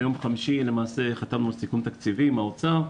ביום חמישי חתמנו על סיכום תקציבי עם האוצר.